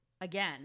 again